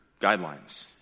guidelines